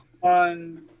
on